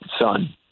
son